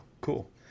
cool